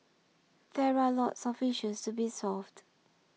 there are lots of issues to be solved